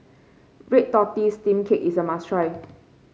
Red Tortoise Steamed Cake is a must try